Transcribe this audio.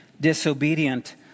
Disobedient